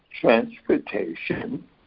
transportation